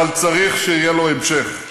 אבל צריך שיהיה לו המשך.